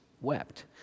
wept